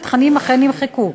ותכנים אכן נמחקו.